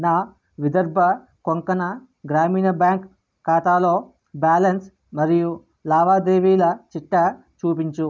నా విదర్భ కొంకణ గ్రామీణ బ్యాంక్ ఖాతాలో బ్యాలన్స్ మరియు లావాదేవీల చిట్టా చూపించు